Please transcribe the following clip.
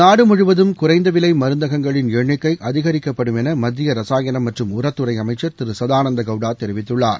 நாடு முழுவதும் குறைந்தவிலை மருந்தகங்களின் எண்ணிக்கை அதிகரிக்கப்படும் என மத்திய ரசாயனம் மற்றம் உரத்துறை அமைச்சர் திரு சதானந்த கவுடா தெரிவித்துள்ளார்